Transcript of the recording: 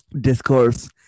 discourse